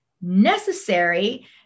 necessary